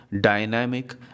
dynamic